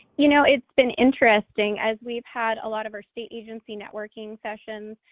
you know it's been interesting, as we've had a lot of our state agency networking session,